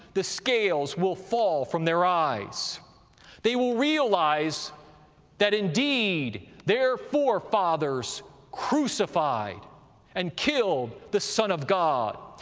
the scales will fall from their eyes they will realize that, indeed, their forefathers crucified and killed the son of god.